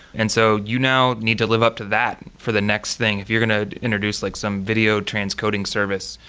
and so you now need to live up to that for the next thing. if you're going to introduce like some video transcoding service,